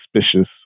suspicious